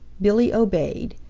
billy obeyed.